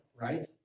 right